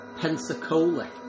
Pensacola